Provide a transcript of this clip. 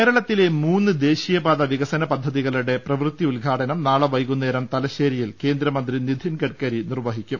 കേരളത്തിലെ മൂന്ന് ദേശീയ പാത വികസന പദ്ധതികളുടെ പ്രവൃത്തി ഉദ്ഘാടനം നാളെ വൈകുന്നേരം തലശ്ശേരിയിൽ കേന്ദ്ര മന്ത്രി നിതിൻ ഗഡ്കരി നിർവഹിക്കും